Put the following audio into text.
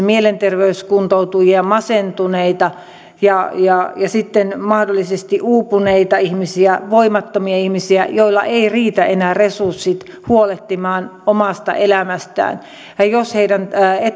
mielenterveyskuntoutujia masentuneita ja ja sitten mahdollisesti uupuneita ihmisiä voimattomia ihmisiä joilla eivät riitä enää resurssit huolehtimaan omasta elämästä jos heidän